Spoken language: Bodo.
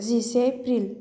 जिसे एप्रिल